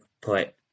put